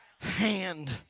hand